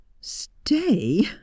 Stay